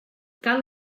cal